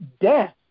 death